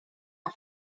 are